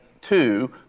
two